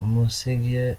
busingye